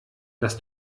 dass